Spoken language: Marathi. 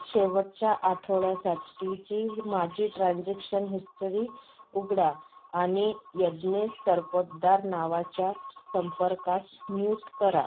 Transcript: शेवटच्या आठवड्यासाठीची माझी ट्रान्जॅक्शन हिस्टरी उघडा आणि यज्ञेश सरपोतदार नावाच्या संपर्कास म्यूट करा